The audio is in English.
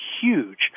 huge